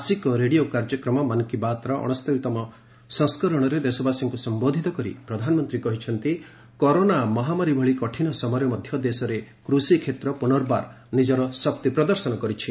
ମାସିକ ରେଡିଓ କାର୍ଯ୍ୟକ୍ରମ 'ମନ୍ କି ବାତ୍'ର ଅଣସ୍ତରୀତମ ସଂସ୍କରଣରେ ଦେଶବାସୀଙ୍କୁ ସମ୍ଘୋଧୂତ କରି ପ୍ରଧାନମନ୍ତ୍ରୀ କହିଛନ୍ତି କରୋନା ମହାମାରୀ ଭଳି କଠିନ ସମୟରେ ମଧ୍ୟ ଦେଶରେ କୃଷିକ୍ଷେତ୍ର ପୁନର୍ବାର ନିଜର ଶକ୍ତି ପ୍ରଦର୍ଶନ କରିଛି